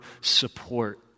support